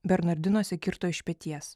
bernardinuose kirto iš peties